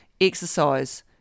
exercise